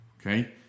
okay